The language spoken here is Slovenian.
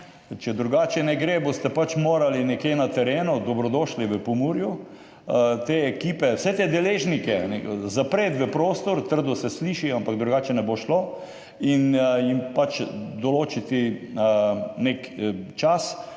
Če drugače ne gre, boste pač morali nekje na terenu, dobrodošli ste v Pomurju, te ekipe, vse te deležnike zapreti v prostor, sliši se trdo, ampak drugače ne bo šlo, in jim določiti nek čas,